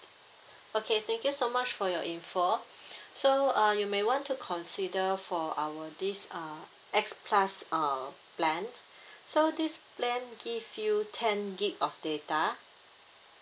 okay thank you so much for your info so uh you may want to consider for our this uh X plus uh plan so this plan give you ten gig of data